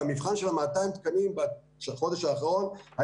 המבחן של 200 התקנים של החודש האחרון היה